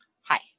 Hi